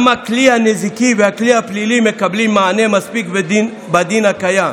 גם הכלי הנזיקי והכלי הפלילי מקבלים מענה מספיק בדין הקיים.